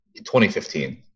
2015